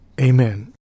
Amen